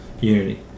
Unity